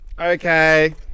Okay